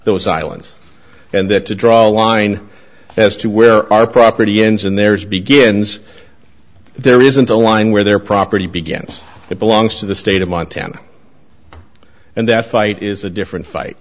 those islands and that to draw a line as to where our property ends and there is begins there isn't a line where their property begins it belongs to the state of montana and that fight is a different fight